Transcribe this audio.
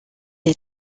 est